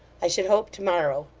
i should hope, to-morrow.